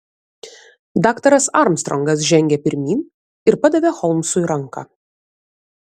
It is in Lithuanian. daktaras armstrongas žengė pirmyn ir padavė holmsui ranką